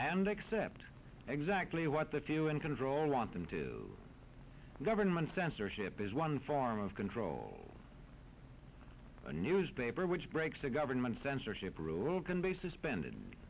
and accept exactly what the few in control want them to government censorship is one form of control a newspaper which breaks a government censorship rule can be suspended